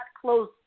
close